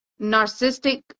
narcissistic